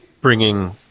bringing